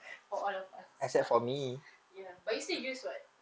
for all of us ya but you still use [what]